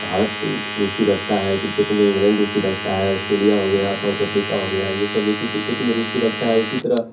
भारत रुचि रखता है क्रिकेट में इंग्लैंड रूचि रखता है ऑस्ट्रेलिया हो गया साउथ अफ्रीका हो गया ये सब जैसे क्रिकेट में रुचि रखता है उसी तरह